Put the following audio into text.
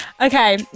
okay